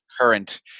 current